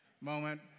moment